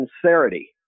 sincerity